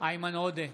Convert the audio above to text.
איימן עודה,